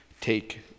take